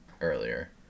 earlier